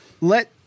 let